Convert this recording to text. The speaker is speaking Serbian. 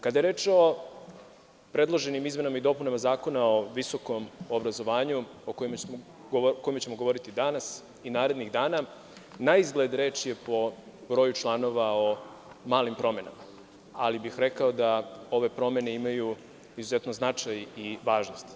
Kada je reč o predloženim izmenama i dopunama Zakona o visokom obrazovanju, o kome ćemo govoriti danas i narednih dana, naizgled reč je, po broju članova, o malim promenama, ali bih rekao da ove promene imaju izuzetan značaj i važnost.